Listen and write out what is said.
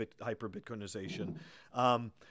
hyper-Bitcoinization